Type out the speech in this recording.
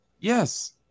Yes